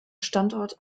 standort